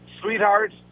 Sweetheart